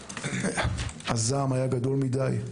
הזעם היה גדול מדי,